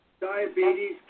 Diabetes